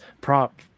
prop